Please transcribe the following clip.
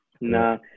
No